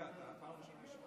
אתה חדש כאן.